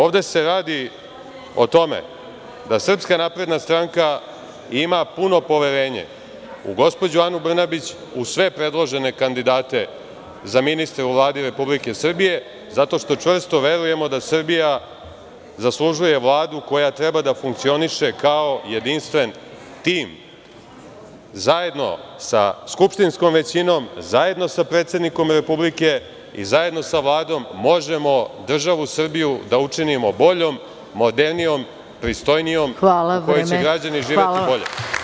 Ovde se radi o tome da SNS ima puno poverenje u gospođu Anu Brnabić uz sve predložene kandidate za ministre u Vladi Republike Srbije, zato što čvrsto verujemo da Srbija zaslužuje Vladu koja treba da funkcioniše kao jedinstven tim, zajedno sa skupštinskom većinom, zajedno sa predsednikom Republike i zajedno sa Vladom možemo državu Srbiju da učinimo boljom, modernijom, pristojnijom, u kojoj će građani živeti bolje.